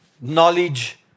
knowledge